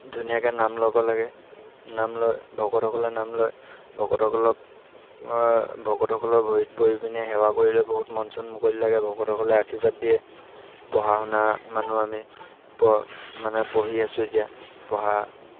ধুনীয়াকৈ নাম ল'ব লাগে নাম লয় ভকতসকলে নাম লয় ভকতসকলক ভকতসকলৰ ভৰিত পৰি পিনে সেৱা কৰিলে বহুত মন চন মুকলি লাগে ভকতসকলে আশীৰ্বাদ দিয়ে পঢ়া শুনা মানুহ আমি মানে পঢ়ি আছো এতিয়া পঢ়া